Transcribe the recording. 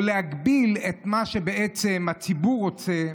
או להגביל את מה שבעצם הציבור רוצה,